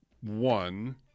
one